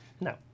No